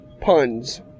puns